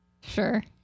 Sure